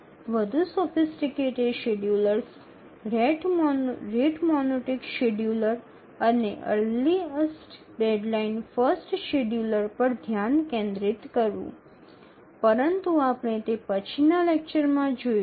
વધુ sophisticated schedulers rate monotonic scheduler અને earliest deadline first scheduler પર ધ્યાન કેન્દ્રિત કરવું પરંતુ આપણે તે પછીના લેક્ચરમાં જોઈશું